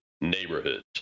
neighborhoods